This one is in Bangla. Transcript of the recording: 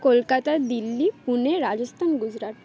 কলকাতা দিল্লি পুনে রাজস্থান গুজরাট